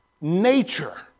nature